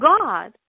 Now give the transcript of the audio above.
God